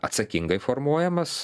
atsakingai formuojamas